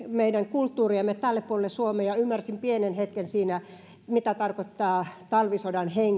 kulttuuriamme tälle puolelle suomea ja ymmärsin pienen hetken siinä mitä tarkoittaa talvisodan henki